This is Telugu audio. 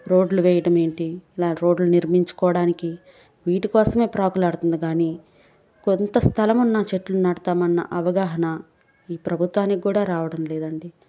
రోడ్లు వేయడం ఏమిటి ఇలా రోడ్లు నిర్మించుకోవడానికి వీటి కోసమే ప్రాకులాడుతుంది కానీ కొంత స్థలమున్నా చెట్లు నాటుతామన్నా అవగాహన ఈ ప్రభుత్వానికి కూడా రావడం లేదండి